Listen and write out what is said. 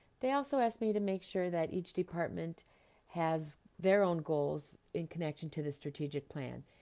they also asked me to make sure that each department has their own goals in connection to the strategic plan,